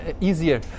easier